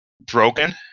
broken